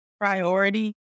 priority